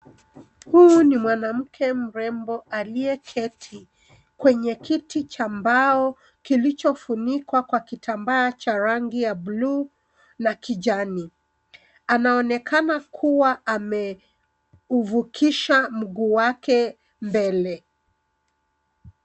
Huyu ni mwanamke mrembo aliyeketi kwenye kiti cha mbao kilichofunikwa kwa kitambaa cha rangi ya buluu na kijani. Anaonekana kuwa ameuvukisha mguu wake mbele.